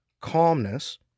calmness